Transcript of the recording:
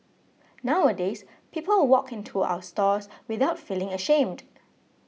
nowadays people walk in to our stores without feeling ashamed